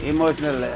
Emotional